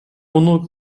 муну